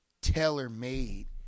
tailor-made